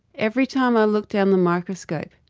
every time i look down the microscope,